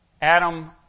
Adam